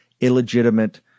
illegitimate